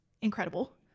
incredible